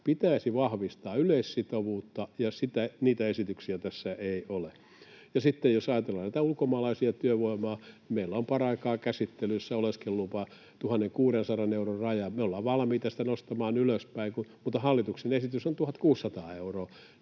Pitäisi vahvistaa yleissitovuutta, ja niitä esityksiä tässä ei ole. Sitten jos ajatellaan tätä ulkomaalaista työvoimaa, niin meillä on paraikaa käsittelyssä oleskelulupa, 1 600 euron raja. Me ollaan valmiita sitä nostamaan ylöspäin, mutta hallituksen esitys on 1 600 euroa.